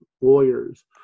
lawyers